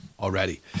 already